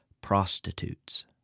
prostitutes